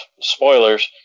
spoilers